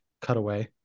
cutaway